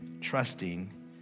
trusting